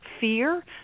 fear